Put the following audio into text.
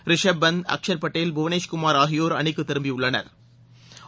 ரிஷப் பந்த் அக்ஷா் படேல் புவனேஷ்குமாா் ஆகியோா் அணிக்கு திரும்பியுள்ளனா்